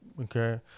okay